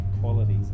Qualities